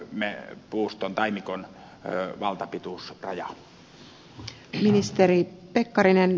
me puuston taimikon valtapituusrajaa